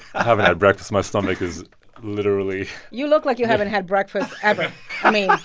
ah haven't had breakfast. my stomach is literally. you look like you haven't had breakfast ever i